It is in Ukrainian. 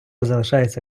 залишається